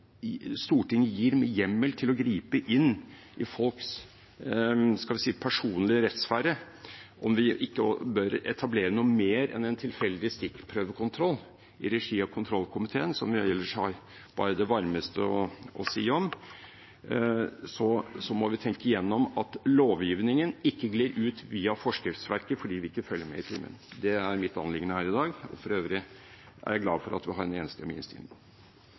Stortinget gir hjemmel til å gripe inn i folks – skal vi si – personlige rettssfære, bør etablere noe mer enn en tilfeldig stikkprøvekontroll i regi av kontrollkomiteen, som jeg ellers har bare det varmeste å si om. Vi må tenke igjennom at lovgivningen ikke glir ut via forskriftsverket fordi vi ikke følger med i timen. Det er mitt anliggende her i dag. For øvrig er jeg glad for at vi har en enstemmig innstilling.